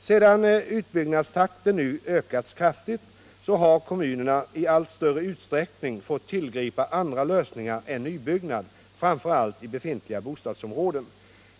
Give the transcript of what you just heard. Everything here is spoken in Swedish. Sedan utbyggnadstakten nu ökats kraftigt har kommunerna i allt större utsträckning fått tillgripa andra lösningar än nybyggnad, framför allt i befintliga bostadsområden.